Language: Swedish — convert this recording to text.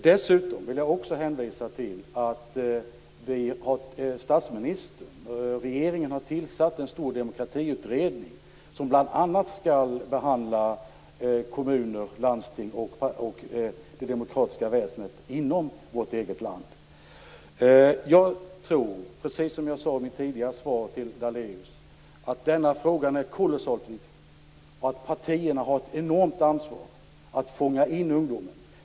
Dessutom vill jag också hänvisa till att statsministern och regeringen har tillsatt en stor demokratiutredning som bl.a. skall behandla kommuner, landsting och det demokratiska väsendet inom vårt eget land. Jag tror, precis som jag sade i mitt tidigare svar till Daléus, att den här frågan är kolossalt viktigt och att partierna har ett enormt ansvar att fånga in ungdomarna.